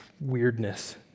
weirdness